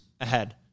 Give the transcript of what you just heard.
ahead